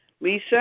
Lisa